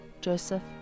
Joseph